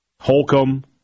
Holcomb